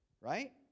Right